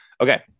okay